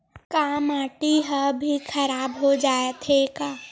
का माटी ह भी खराब हो जाथे का?